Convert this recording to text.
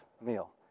meal